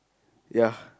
ya